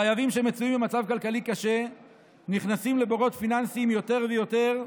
חייבים שמצויים במצב כלכלי קשה נכנסים לבורות פיננסיים יותר ויותר,